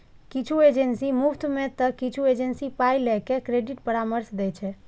किछु एजेंसी मुफ्त मे तं किछु एजेंसी पाइ लए के क्रेडिट परामर्श दै छै